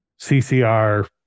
CCR